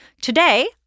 Today